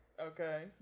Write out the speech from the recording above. okay